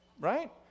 Right